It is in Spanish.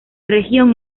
región